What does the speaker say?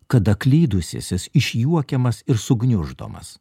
kada klydusysis išjuokiamas ir sugniuždomas